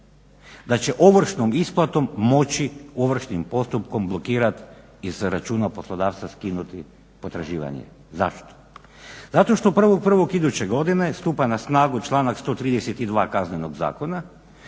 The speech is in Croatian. da će ovršnom isplatom moći ovršnim postupkom blokirat i sa računa poslodavca skinuti potraživanje. Zašto, zato što 1.1. iduće godine stupa na snagu članak 132. Kaznenog zakona